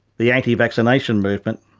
the anti-vaccination movement,